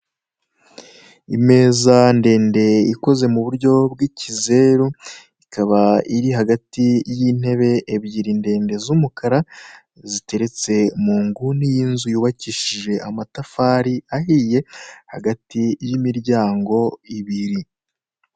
Imeza ndende ikoze mu buryo bw'ikizeru, ikaba iri hagati y'intebe ebyiri ndende z'umukara, ziteretse mu nguni y'inzu yubakishije amatafari ahiye, hagati y'imiryango ibiri.